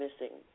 missing